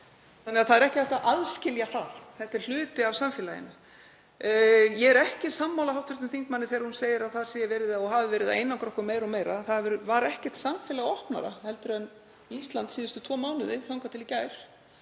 þannig að það er ekki hægt að aðskilja það. Þetta er hluti af samfélaginu. Ég er ekki sammála hv. þingmanni þegar hún segir að aðgerðir hafi verið að einangra okkur meira og meira. Það var ekkert samfélag opnara heldur en Ísland síðustu tvo mánuði þangað til í gær,